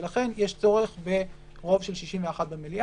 ולכן יש צורך ברוב של 61 במליאה.